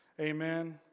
Amen